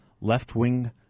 left-wing